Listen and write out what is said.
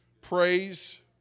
Praise